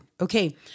Okay